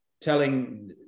telling